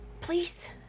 Please